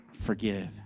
forgive